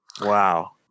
wow